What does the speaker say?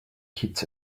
kids